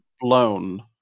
blown